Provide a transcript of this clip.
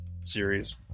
series